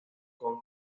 con